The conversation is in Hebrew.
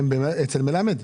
הם אצל מלמד?